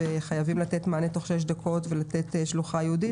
הם חייבים לתת מענה תוך שש דקות ולתת שלוחה ייעודית,